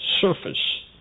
surface